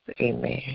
Amen